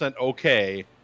okay